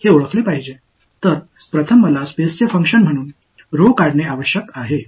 எனவே முதலில் நான் rho ஐ ஸ்பேஸின் செயல்பாடாகக் கண்டுபிடிக்க வேண்டும்